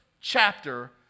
chapter